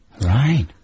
Right